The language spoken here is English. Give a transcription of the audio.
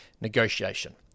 negotiation